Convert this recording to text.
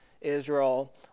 Israel